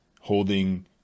holding